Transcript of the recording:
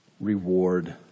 reward